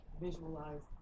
visualize